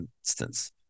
instance